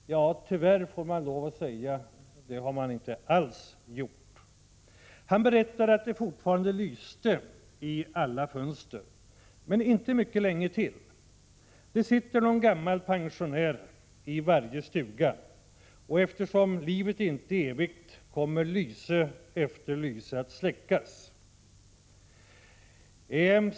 Tyvärr har samhället inte tackat alls. Mannen berättade att det fortfarande lyste i alla fönster där han bodde. Men det skulle inte komma att göra det mycket länge till. Det bor någon gammal pensionär i varje stuga, och eftersom livet inte är evigt kommer lyse efter lyse att släckas.